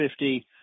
50